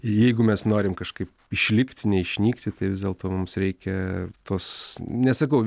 jeigu mes norim kažkaip išlikt neišnykti tai vis dėlto mums reikia tos nesakau